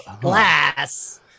glass